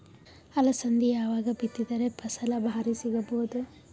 ಅಲಸಂದಿ ಯಾವಾಗ ಬಿತ್ತಿದರ ಫಸಲ ಭಾರಿ ಸಿಗಭೂದು?